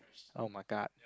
!oh-my-god!